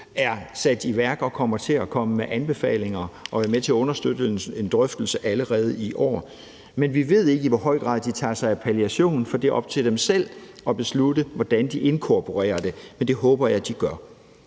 er sat i værk og kommer til at komme med anbefalinger og til at være med til at understøtte en drøftelse allerede i år, men vi ved ikke, i hvor høj grad de tager sig af palliation, for det er op til dem selv at beslutte, hvordan de inkorporerer det, men det håber jeg de gør.